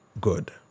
good